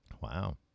Wow